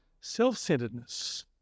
self-centeredness